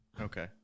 Okay